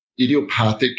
idiopathic